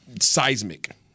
seismic